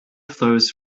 flows